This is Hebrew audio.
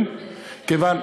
כיוון,